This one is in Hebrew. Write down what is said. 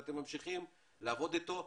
ואתם ממשיכים לעבוד איתו.